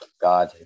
God